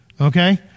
Okay